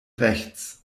rechts